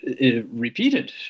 repeated